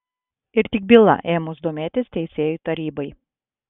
ir tik byla ėmus domėtis teisėjų tarybai